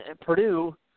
Purdue